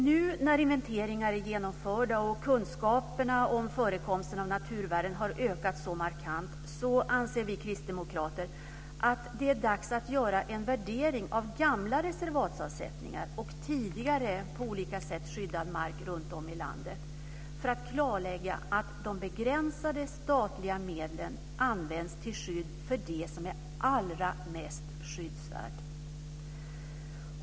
Nu, när inventeringar är genomförda och kunskapen om förekomsten av naturvärden har ökat så markant, anser vi kristdemokrater att det är dags att göra en värdering av gamla reservatsavsättningar och tidigare, på olika sätt skyddad mark runtom i landet för att klarlägga att de begränsade statliga medlen används till skydd för det som är allra mest skyddsvärt.